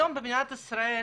היום במדינת ישראל